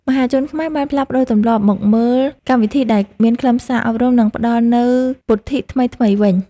មហាជនខ្មែរបានផ្លាស់ប្តូរទម្លាប់មកមើលកម្មវិធីដែលមានខ្លឹមសារអប់រំ និងផ្តល់នូវពុទ្ធិថ្មីៗវិញ។